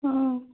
ହଁ